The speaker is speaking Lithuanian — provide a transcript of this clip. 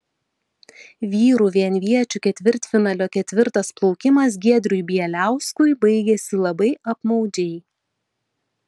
vyrų vienviečių ketvirtfinalio ketvirtas plaukimas giedriui bieliauskui baigėsi labai apmaudžiai